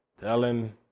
telling